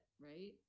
right